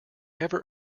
ever